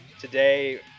today